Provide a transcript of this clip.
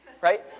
right